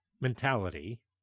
mentality